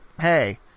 hey